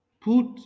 Put